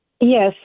Yes